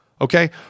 okay